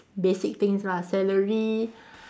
basic things lah salary